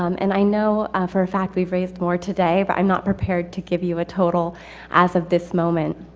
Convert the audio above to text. um and i know, for a fact we've raised more today. but i'm not prepared to give you a total as of this moment.